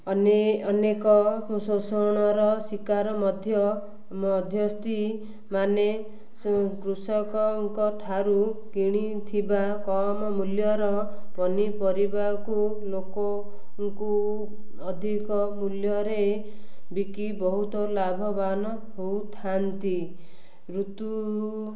ଅନେ ଅନେକ ଶୋଷଣର ଶିକାର ମଧ୍ୟ ମଧ୍ୟସ୍ଥି ମାନେ କୃଷକଙ୍କଠାରୁ କିଣିଥିବା କମ ମୂଲ୍ୟର ପନିପରିବାକୁ ଲୋକଙ୍କୁ ଅଧିକ ମୂଲ୍ୟରେ ବିକି ବହୁତ ଲାଭବାନ ହେଉଥାନ୍ତି ଋତୁ